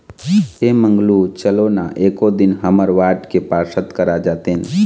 ऐ मंगलू चलो ना एको दिन हमर वार्ड के पार्षद करा जातेन